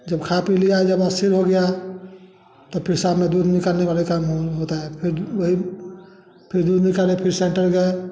जब खा पी लिया एक जगह स्थिर हो गया तो फिर शाम में दूध निकालने वाले काम होता है फिर वही फिर दूध निकाले फिर सेंटर गए